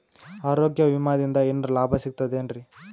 ಆರೋಗ್ಯ ವಿಮಾದಿಂದ ಏನರ್ ಲಾಭ ಸಿಗತದೇನ್ರಿ?